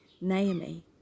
Naomi